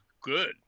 good